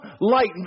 light